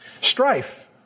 Strife